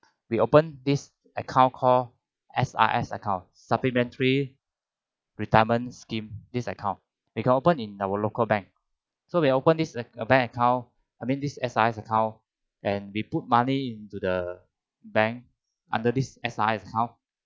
we open this account call S_R_S account supplementary retirement scheme this account we can open in our local bank so we open this uh bank account I mean this S_R_S account and we put money into the bank under this S_R_S account